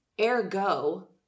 Ergo